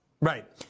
right